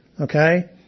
Okay